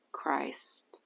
Christ